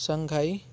Shanghai